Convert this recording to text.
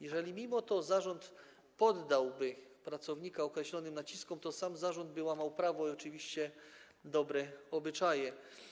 Jeżeli mimo to zarząd poddałby pracownika określonym naciskom, to sam zarząd by łamał prawo i oczywiście dobre obyczaje.